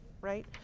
right